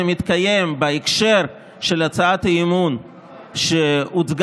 מתקיים בהקשר של הצעת האי-אמון בממשלה,